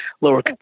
lower